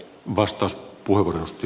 arvoisa puhemies